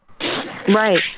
Right